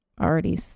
already